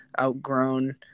outgrown